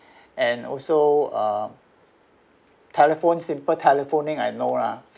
and also uh telephone simple telephoning I know lah